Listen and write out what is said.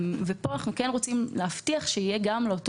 אנחנו רוצים להבטיח שלאותו